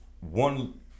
one